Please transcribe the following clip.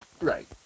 Right